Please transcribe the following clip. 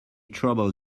trouble